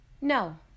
No